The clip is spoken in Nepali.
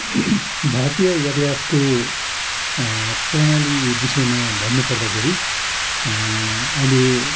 भारतीय यातायातको प्रणाली विषयमा भन्नुपर्दाखेरि अहिले